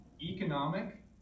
economic